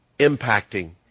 impacting